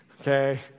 okay